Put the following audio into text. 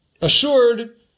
assured